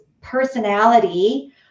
personality